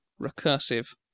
recursive